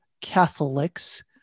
Catholics